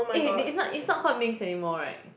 eh it's not it's not called mengs anymore [right]